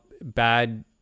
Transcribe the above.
bad